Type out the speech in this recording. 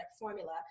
formula